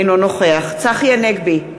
אינו נוכח צחי הנגבי,